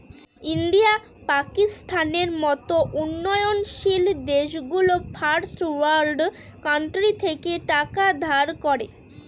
India, পাকিস্তানের মত উন্নয়নশীল দেশগুলো ফার্স্ট ওয়ার্ল্ড কান্ট্রি থেকে টাকা ধার করে